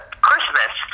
Christmas